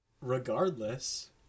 regardless